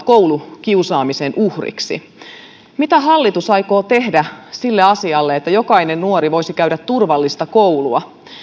koulukiusaamisen uhriksi ainakin kerran viikossa mitä hallitus aikoo tehdä sille asialle että jokainen nuori voisi käydä turvallista koulua